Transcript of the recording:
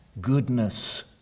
goodness